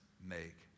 make